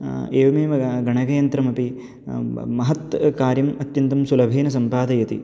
एवमेव गणकयन्त्रमपि महत् कार्यम् अत्यन्तं सुलभेन सम्पादयति